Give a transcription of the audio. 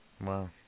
Wow